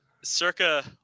Circa